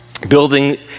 building